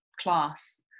class